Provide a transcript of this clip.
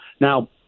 Now